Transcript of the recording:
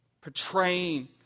portraying